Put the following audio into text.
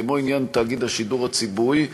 כמו עניין תאגיד השידור הציבורי,